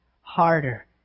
harder